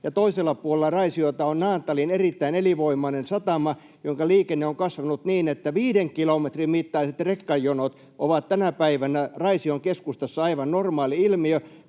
toisella puolella Raisiota on Naantalin erittäin elinvoimainen satama, jonka liikenne on kasvanut niin, että viiden kilometrin mittaiset rekkajonot ovat tänä päivänä Raision keskustassa aivan normaali ilmiö.